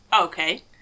Okay